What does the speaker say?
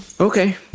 Okay